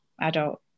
adult